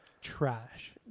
trash